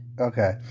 Okay